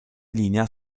linea